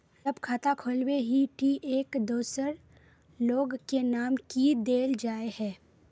जब खाता खोलबे ही टी एक दोसर लोग के नाम की देल जाए है?